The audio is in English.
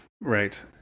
Right